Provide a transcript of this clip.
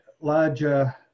larger